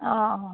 অঁ অঁ